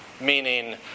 meaning